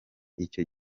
icyo